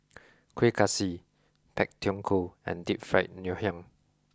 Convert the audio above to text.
kueh kaswi pak thong ko and deep fried ngoh hiang